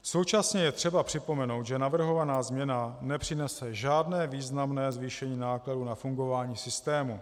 Současně je třeba připomenout, že navrhovaná změna nepřinese žádné významné náklady na fungování systému.